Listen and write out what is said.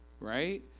right